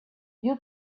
you